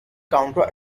counter